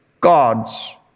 God's